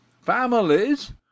families